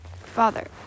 father